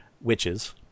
witches